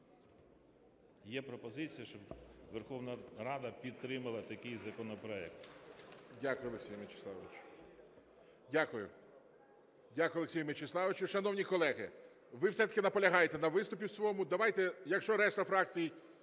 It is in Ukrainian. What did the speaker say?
Є пропозиція, щоб Верховна Рада підтримала такий законопроект. ГОЛОВУЮЧИЙ. Дякую, Олексію Мячеславовичу. Шановні колеги, ви все-таки наполягаєте на виступі своєму. Давайте, якщо решта фракцій